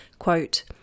Quote